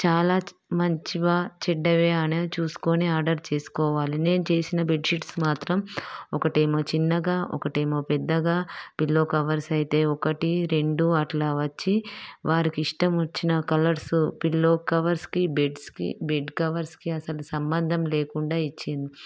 చాలా మంచివా చెడ్డవే అని చూసుకొని ఆర్డర్ చేసుకోవాలి నేను చేసిన బెడ్షీట్ మాత్రం ఒకటి ఏమో చిన్నగా ఒకటి ఏమో పెద్దగా పిల్లో కవర్స్ అయితే ఒకటి రెండు అట్లా వచ్చి వారికి ఇష్టం వచ్చిన కలర్సు పిల్లో కవర్స్కి బెడ్స్కి బెడ్ కవర్స్కి అసలు సంబంధం లేకుండా ఇచ్చిమ్